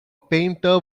painter